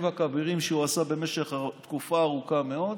והכבירים שהוא עשה במשך תקופה ארוכה מאוד,